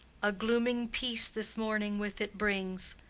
a glooming peace this morning with it brings.